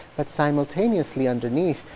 but simultaneously underneath,